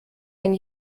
ein